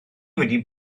wedi